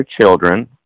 children